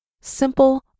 simple